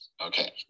Okay